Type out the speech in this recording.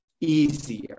easier